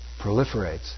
proliferates